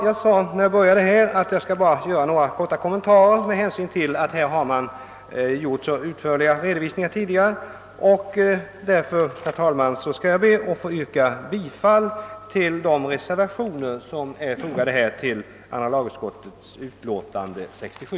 Jag sade i början att jag endast skulle göra någon kort kommentar med hänsyn till att så utförliga redovisningar tidigare lämnats. Jag ber därför, herr talman, att få yrka bifall till de reservationer som är fogade till andra lagutskottets utlåtande nr 67.